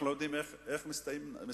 אנחנו לא יודעים איך הן מסתיימות.